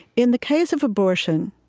in the case of abortion,